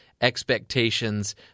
expectations